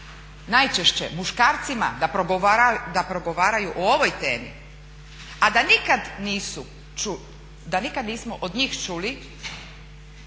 najčešće muškarcima da progovaraju o ovoj temi a da nikad nismo od njih čuli